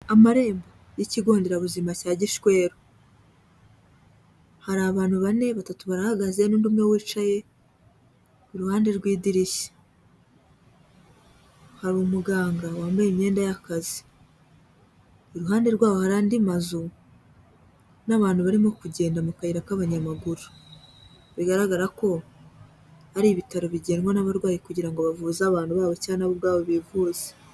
Amarembo y'ikigo nderabuzima cya Gishweru. Hari abantu bane, batatu barahagaze n'undi umwe wicaye iruhande rw'idirishya. Hari umuganga wambaye imyenda y'akazi. Iruhande rwaho hari andi mazu n'abantu barimo kugenda mu kayira k'abanyamaguru. Bigaragara ko ari ibitaro bigenwa n'abarwayi kugira ngo bavuze abantu babo cyangwa na bo ubwabo bivuze.